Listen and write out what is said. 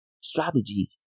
strategies